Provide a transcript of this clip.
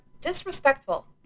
disrespectful